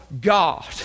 God